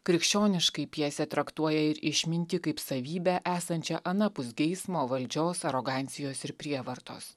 krikščioniškai pjesė traktuoja ir išmintį kaip savybę esančią anapus geismo valdžios arogancijos ir prievartos